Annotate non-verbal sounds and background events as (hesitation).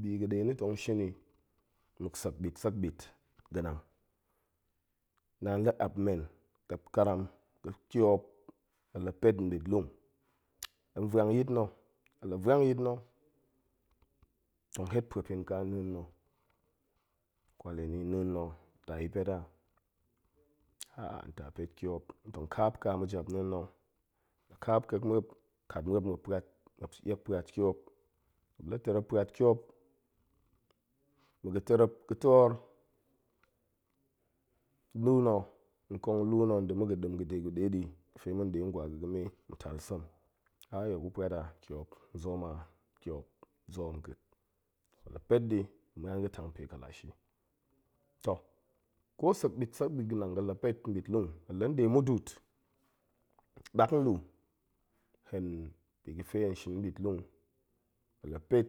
Bi ga̱ ɗe na̱ tong shini muk sek ɓit sek ɓit ga̱nang, naan la apmen ƙek karak ga̱ ƙiop, hen la pet nɓitlung, hen vwang yit na̱, hen la vwang yit na̱, tong het pa̱epin ƙa neen na̱, kwal yin neen na̱. ta yi pet a (hesitation) ta pet ƙiop, tong kaap ƙa ma̱japneen na̱, la kaap ƙek muop, kat muop muop pa̱at, muop nie pa̱at ƙiop, muop la terep pa̱at ƙiop, ma̱ ga̱ terep ga̱ toor luu na̱, nkong luu na̱ nda̱ ma̱ ga̱ ɗem ga̱ ɗe ɗi ga̱fe ma̱n nɗe ngwa ga̱ ga̱me ma̱ tal sem, a die gu pa̱at a, ƙiop, nzoom a, ƙiop, nzoom ƙeet, la pet ɗi, nma̱an da̱ tang pe kalashi, toh, ko sek ɓit sek ɓit ga̱nang ga̱ la pet nɓitlung, lan nɗe muduut, mak nluu, hen biga̱fe hen shin nɓitlung, hen la pet,